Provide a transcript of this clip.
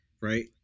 right